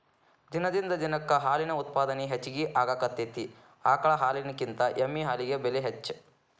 ದಿನದಿಂದ ದಿನಕ್ಕ ಹಾಲಿನ ಉತ್ಪಾದನೆ ಹೆಚಗಿ ಆಗಾಕತ್ತತಿ ಆಕಳ ಹಾಲಿನಕಿಂತ ಎಮ್ಮಿ ಹಾಲಿಗೆ ಬೆಲೆ ಹೆಚ್ಚ